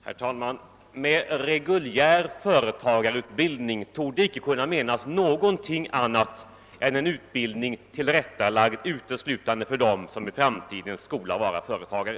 Herr talman! Med reguljär företagarutbildning torde icke menas någonting annat än en utbildning tillrättalagd uteslutande för dem som i framtiden skall vara företagare.